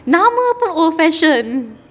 nama pun old-fashioned